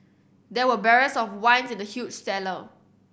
there were barrels of wine in the huge cellar